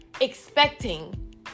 expecting